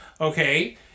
Okay